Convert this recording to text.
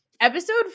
episode